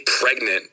pregnant